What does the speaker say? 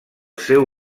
seu